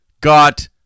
got